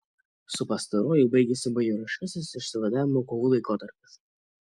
su pastaruoju baigėsi bajoriškasis išsivadavimo kovų laikotarpis